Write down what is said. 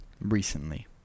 recently